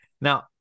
Now